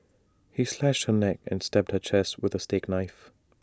he slashed her neck and stabbed her chest with A steak knife